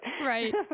Right